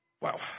Wow